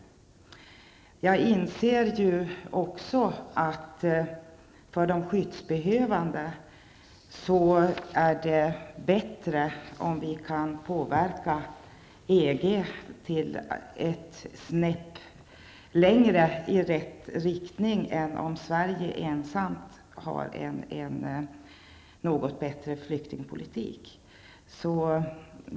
Jag inser ju också att för den skyddsbehövande är det bättre om vi kan påverka EG ett snäpp längre i rätt riktning än om Sverige ensamt har en något bättre flyktingpolitik.